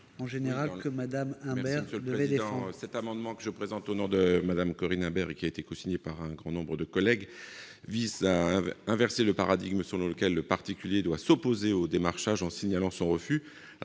La parole est à M. Antoine Lefèvre. Cet amendement, que je présente au nom de Mme Corinne Imbert et qui a été cosigné par un grand nombre de collègues, vise à inverser le paradigme selon lequel le particulier doit s'opposer au démarchage en signalant son refus